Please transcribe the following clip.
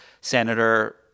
senator